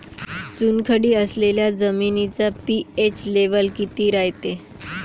चुनखडी असलेल्या जमिनीचा पी.एच लेव्हल किती रायते?